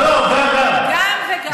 לא, לא, גם וגם.